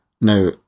Now